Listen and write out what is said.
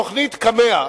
תוכנית קמ"ע,